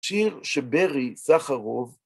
שיר שברי סחרוף